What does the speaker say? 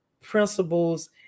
principles